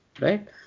Right